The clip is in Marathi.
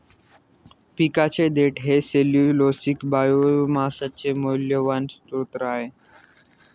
पिकाचे देठ हे सेल्यूलोसिक बायोमासचे मौल्यवान स्त्रोत आहे